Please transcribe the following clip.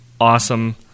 awesome